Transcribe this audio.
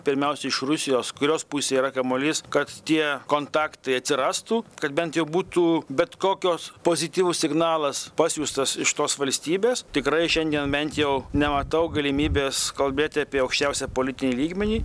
pirmiausia iš rusijos kurios pusėj yra kamuolys kad tie kontaktai atsirastų kad bent jau būtų bet kokios pozityvus signalas pasiųstas iš tos valstybės tikrai šiandien bent jau nematau galimybės kalbėti apie aukščiausią politinį lygmenį